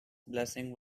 blessing